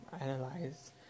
analyze